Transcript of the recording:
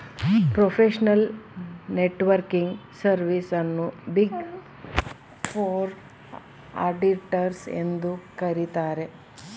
professional networking service ಅನ್ನು big four auditors ಎಂದು ಕರಿತರೆ